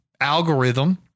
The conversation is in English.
algorithm